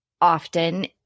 often